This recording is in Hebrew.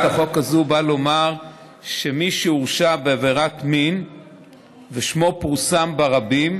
באה לומר שמי שהורשע בעבירת מין ושמו פורסם ברבים,